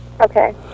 Okay